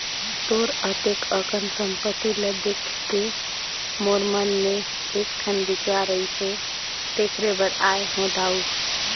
तोर अतेक अकन संपत्ति ल देखके मोर मन मे एकठन बिचार आइसे तेखरे बर आये हो दाऊ